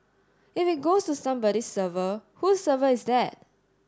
if it goes to somebody's server whose server is that